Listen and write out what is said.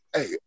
Hey